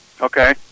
Okay